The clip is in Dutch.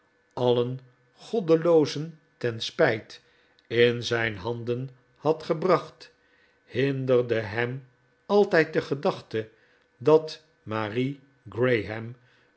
alien goddeloozen ten spijt in zijn handen had gebracht hinderde hem altijd de gedachte dat marie